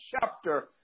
chapter